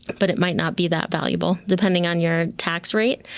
but it might not be that valuable, depending on your tax rate.